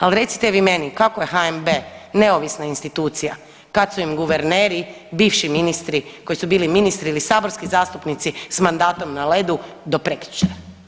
Ali recite vi meni kako je HNB neovisna institucija kad su im guverneri bivši ministri koji su bili ministri ili saborski zastupnici s mandatom na ledu do prekjučer.